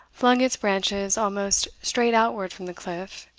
flung its branches almost straight outward from the cliff,